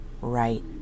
right